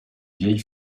vieille